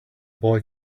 boy